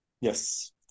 Yes